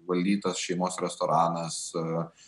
valdytos šeimos restoranas